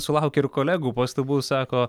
sulaukė ir kolegų pastabų sako